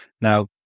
Now